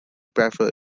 prefer